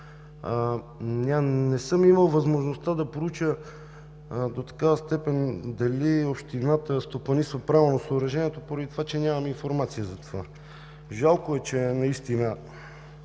Не съм имал възможността да проуча до такава степен дали общината стопанисва правилно съоръжението, поради това че нямам информация за това. Жалко е, че наистина